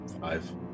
Five